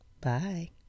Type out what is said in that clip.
Bye